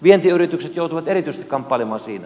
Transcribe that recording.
vientiyritykset joutuvat erityisesti kamppailemaan siinä